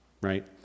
right